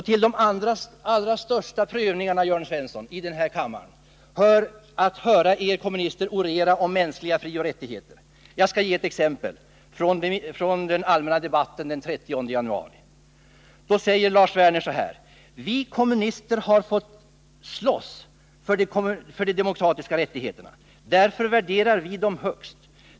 Till de allra största prövningarna i den här kammaren, Jörn Svensson, hör att uppleva hur ni kommunister orerar om mänskliga frioch rättigheter. Jag skall ge ett exempel från den allmänpolitiska debatten den 30 januari. Då sade Lars Werner: ”Vi kommunister har fått slåss för de demokratiska rättigheterna. Därför värderar vi dem högst.